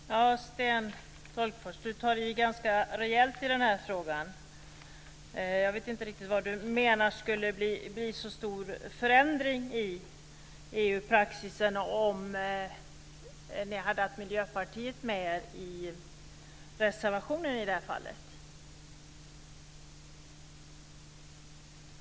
Fru talman! Sten Tolgfors tar i ganska rejält i den här frågan. Jag vet inte riktigt hur han menar att det skulle bli så stor förändring i EU-praxisen om ni hade haft Miljöpartiet med er i den här reservationen.